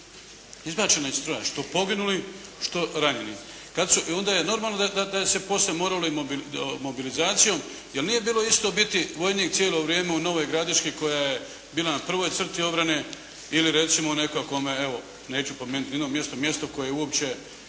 izbačena iz stroja, što poginulih, što ranjenih. Kada su, i onda je normalno da je se poslije moralo i mobilizacijom jer nije isto bilo biti vojnik cijelo vrijeme u Novoj Gradišći koja je bila na prvoj crti obrane ili recimo u nekakvome, evo, neću spomenuti niti jedno mjesto, mjesto koje uopće,